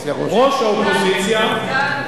ראש האופוזיציה.